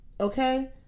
okay